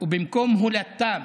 ובמקום הולדתם,